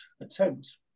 attempt